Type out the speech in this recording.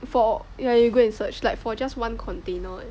for yeah you go and search like for just one container eh